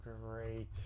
great